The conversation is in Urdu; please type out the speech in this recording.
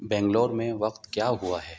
بنگلور میں وقت کیا ہوا ہے